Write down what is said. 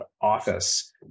Office